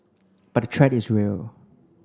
but threat is real